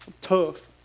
tough